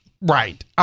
Right